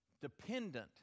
dependent